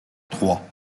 trois